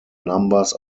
numbers